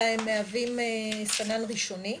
אלא הם מהווים סנן ראשוני.